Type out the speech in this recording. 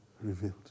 revealed